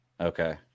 Okay